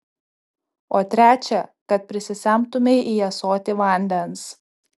o trečią kad prisisemtumei į ąsotį vandens